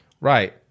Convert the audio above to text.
Right